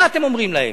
מה אתם אומרים להם?